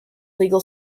legal